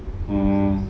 oh